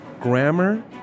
grammar